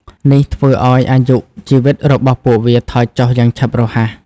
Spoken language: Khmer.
នេះធ្វើឱ្យអាយុជីវិតរបស់ពួកវាថយចុះយ៉ាងឆាប់រហ័ស។